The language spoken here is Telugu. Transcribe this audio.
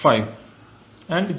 5 మరియు 0